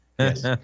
yes